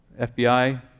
FBI